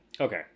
okay